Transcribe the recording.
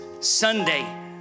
sunday